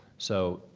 so,